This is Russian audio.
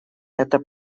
это